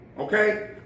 Okay